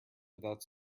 without